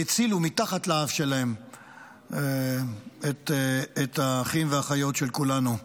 והצילו מתחת לאף שלהם את האחים והאחיות של כולנו,